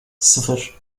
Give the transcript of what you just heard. sıfır